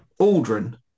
Aldrin